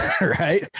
Right